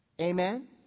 Amen